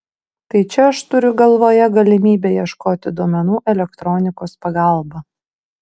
tai čia aš turiu galvoje galimybę ieškoti duomenų elektronikos pagalba